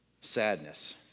sadness